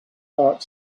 heart